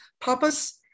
Papa's